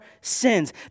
sins